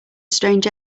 strange